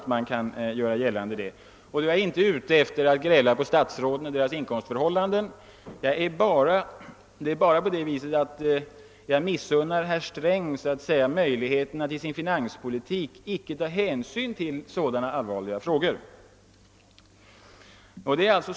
Jag är inte ute efter att gräla på statsråden för deras inkomster, men jag så att säga missunnar herr Sträng möjligheten att i sin finanspolitik inte ta hänsyn till sådana allvarliga frågor.